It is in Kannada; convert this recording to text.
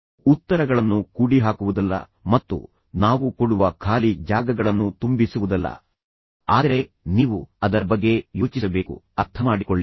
ಇದರರ್ಥ ಇದು ಕೇವಲ ಉತ್ತರಗಳನ್ನು ಕೂಡಿಹಾಕುವುದಲ್ಲ ಮತ್ತು ನಾವು ಕೊಡುವ ಖಾಲಿ ಜಾಗಗಳನ್ನು ತುಂಬಿಸುವುದಲ್ಲ ಆದರೆ ನೀವು ಅದರ ಬಗ್ಗೆ ಯೋಚಿಸಬೇಕು ಅರ್ಥಮಾಡಿಕೊಳ್ಳಿ